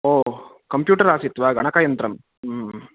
ओ computer आसीत् वा गणकयन्त्रं ह्म्